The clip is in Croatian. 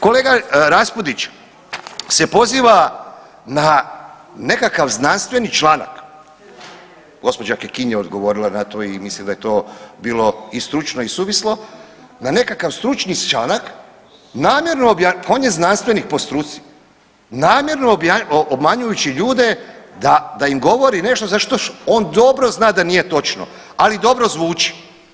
Kolega Raspudić se poziva na nekakav znanstveni članak, gđa. Kekin je odgovorila na to i mislim da je to bilo i stručno i suvislo, na nekakav stručni članak namjerno, pa on je znanstvenik po struci, namjerno obmanjujući ljude da, da im govori nešto za što on dobro zna da nije točno, ali dobro zvuči.